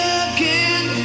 again